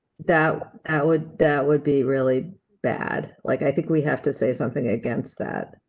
that that would, that would be really bad. like, i think we have to say something against that.